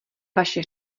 vaše